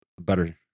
better